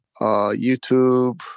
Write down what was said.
youtube